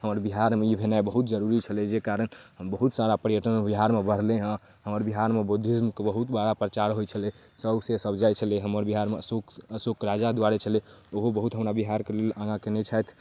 हमर बिहारमे ई भेनाइ बहुत जरूरी छलै जाहि कारण बहुत सारा पर्यटन बिहारमे बढ़लै हँ हमर बिहारमे बुद्धिज्मके बहुत बड़ा प्रचार होइ छलै सौँसे सब जाइ छलै हमर बिहारमे अशोक अशोक राजा दुआरे छलै ओहो बहुत बिहारके लेल काम कएने छथि